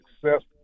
successful